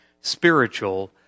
spiritual